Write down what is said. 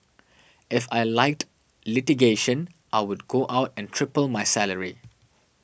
if I liked litigation I would go out and triple my salary